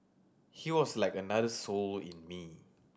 he was like another soul in me